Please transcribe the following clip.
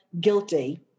guilty